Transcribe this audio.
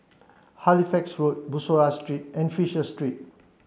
Halifax Road Bussorah Street and Fisher Street